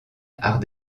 art